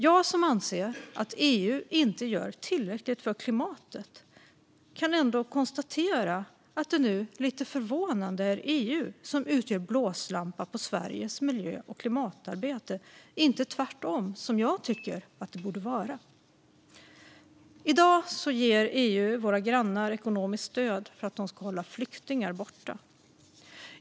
Jag, som anser att EU inte gör tillräckligt för klimatet, kan ändå konstatera att det nu, lite förvånande, är EU som utgör blåslampa på Sveriges miljö och klimatarbete, inte tvärtom, som jag tycker att det borde vara. I dag ger EU våra grannar ekonomiskt stöd för att de ska hålla flyktingar borta.